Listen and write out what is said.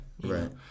Right